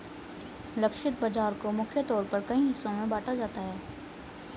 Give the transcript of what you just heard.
लक्षित बाजार को मुख्य तौर पर कई हिस्सों में बांटा जाता है